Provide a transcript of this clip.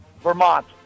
Vermont